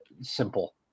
simple